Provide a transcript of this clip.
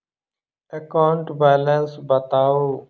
account balance बताउ